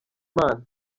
imana